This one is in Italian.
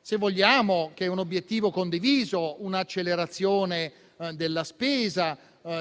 se vogliamo raggiungere un obiettivo condiviso, cioè un'accelerazione della spesa